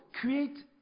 Create